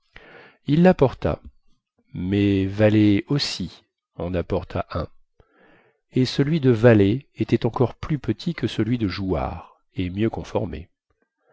il lapporta mais vallée aussi en apporta un et celui de vallée était encore plus petit que celui de jouard et mieux conformé